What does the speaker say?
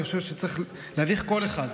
אני חושב שצריך להביך כל אחד,